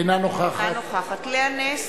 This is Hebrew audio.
אינה נוכחת לאה נס,